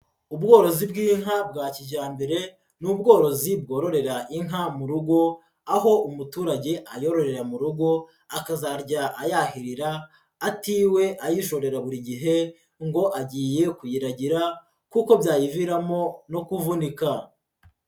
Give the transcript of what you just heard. Ubworozi bw'inka bwa kijyambere, ni ubworozi bwororera inka mu rugo, aho umuturage ayororera mu rugo akazajya ayahirira, atiriwe ayishorera buri gihe ngo agiye kuyiragira kuko byayiviramo no kuvunika.